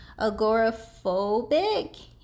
agoraphobic